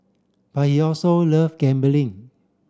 but he also love gambling